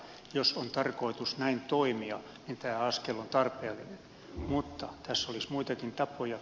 jos on tarkoitus näin toimia niin tämä askel on tarpeellinen mutta tässä olisi muitakin tapoja